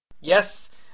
Yes